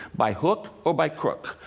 by hook or by crook.